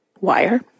wire